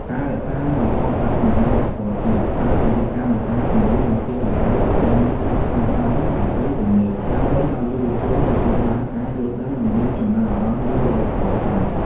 ការរក្សា និងបន្តអត្តសញ្ញាណវប្បធម៌ជាតិ តាមរយៈការបង្ហាញសំឡេងនិងធាតុតន្ត្រីប្រពៃណីក្នុងស្នាដៃតន្ត្រីទំនើប ដើម្បីឲ្យយុវជនទទួលបានការយល់ដឹង និងមានចំណាប់អារម្មណ៍ លើវប្បធម៌ខ្មែរ។